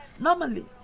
Normally